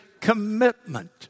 commitment